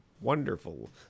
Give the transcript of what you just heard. wonderful